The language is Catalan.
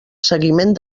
seguiment